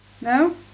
No